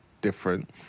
different